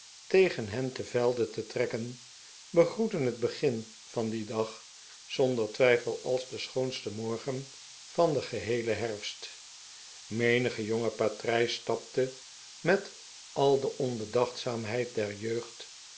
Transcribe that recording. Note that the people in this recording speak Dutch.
tegen hen te velde te trekken begroetten het begin van dien dag zonder twijfel als den schoonsten morgen van den geheelen herfst menige jonge patrijs stapte met al de onbedachtzaamheid der jeugd